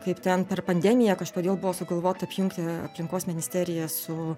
kaip ten per pandemiją kažkodėl buvo sugalvota apjungti aplinkos ministeriją su